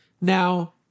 now